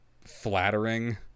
flattering